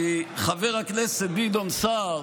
כי חבר הכנסת גדעון סער,